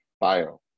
bio